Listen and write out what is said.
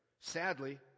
sadly